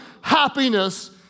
happiness